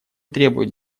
требует